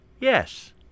Yes